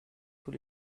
tous